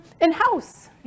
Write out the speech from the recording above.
in-house